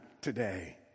today